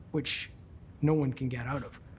which no one can get out of,